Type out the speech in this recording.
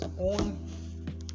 own